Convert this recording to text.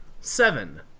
Seven